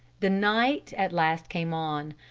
the night at last came on.